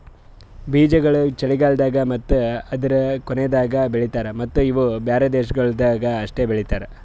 ಬೀಜಾಗೋಳ್ ಚಳಿಗಾಲ್ದಾಗ್ ಮತ್ತ ಅದೂರು ಕೊನಿದಾಗ್ ಬೆಳಿತಾರ್ ಮತ್ತ ಇವು ಬ್ಯಾರೆ ದೇಶಗೊಳ್ದಾಗ್ ಅಷ್ಟೆ ಬೆಳಿತಾರ್